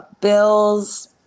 Bills